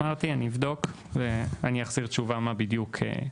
אמרתי, אני אבדוק ואני אחזיר תשובה מה בדיוק.